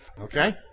Okay